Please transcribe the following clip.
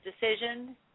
decision